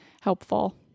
helpful